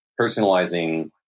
personalizing